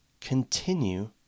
continue